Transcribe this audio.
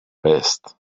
best